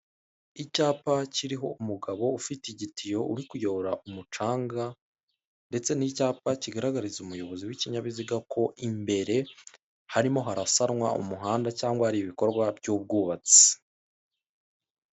Icyapa kiriho umugabo ufite igitiyo uri kuyora umucanga ndetse n'icyapa kigaragariza umuyobozi w'ikinyabiziga ko imbere harimo harasanwa umuhanda cyangwa hari ibikorwa by'ubwubatsi.